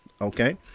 Okay